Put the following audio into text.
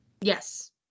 yes